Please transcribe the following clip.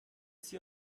sie